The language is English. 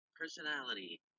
personality